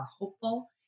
hopeful